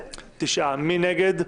מי נגד?